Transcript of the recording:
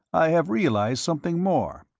i have realized something more.